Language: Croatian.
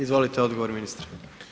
Izvolite odgovor, ministre.